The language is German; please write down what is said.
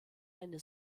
eine